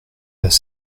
pas